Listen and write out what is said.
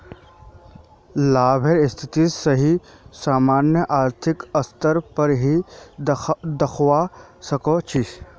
लाभेर स्थिति सही मायनत आर्थिक स्तर पर ही दखवा सक छी